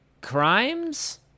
crimes